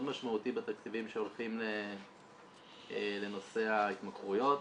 משמעותי בתקציבים שהולכים לנושא ההתמכרויות.